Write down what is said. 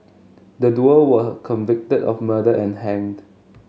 the duo were convicted of murder and hanged